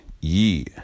ye